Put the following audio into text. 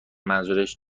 منظورش